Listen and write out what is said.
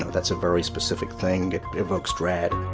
that's a very specific thing. it evokes dread